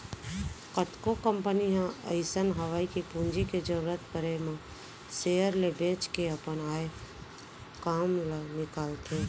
कतको कंपनी ह अइसन हवय कि पूंजी के जरूरत परे म सेयर ल बेंच के अपन आय काम ल निकालथे